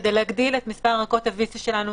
כדי להגדיל את מספר ערכות ה-VC שלנו,